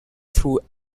through